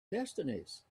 destinies